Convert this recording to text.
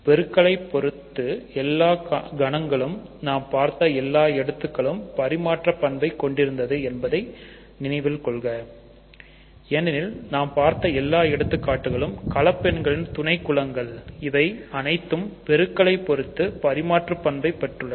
பெருக்கலை பெருக்கத்து எல்லாக் கணங்களும் நாம் பார்த்த எல்லா எடுத்துக்காட்டுகளும்பரிமாற்ற பண்பை கொண்டிருந்தது என்பதை நினைவில் கொள்க ஏனெனில் நாம் பார்த்த எல்லா எடுத்துக்காட்டுகளும் கலப்பு எண்களின் துணை குலங்கள் இவை அனைத்தும் பெருக்கலை பொறுத்து பரிமாற்று பண்பை பெற்றுள்ளன